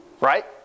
Right